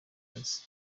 kazi